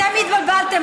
אתם התבלבלתם.